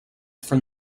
from